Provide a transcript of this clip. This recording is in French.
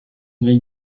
grille